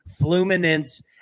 Fluminense